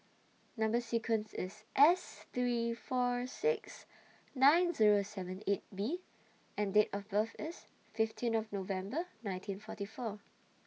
Number sequence IS S three four six nine Zero seven eight B and Date of birth IS fifteen of November nineteen forty four